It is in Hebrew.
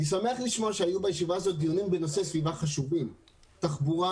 אני שמח לשמוע שהיו בישיבה הזאת דיונים בנושא סביבה חשובים: תחבורה,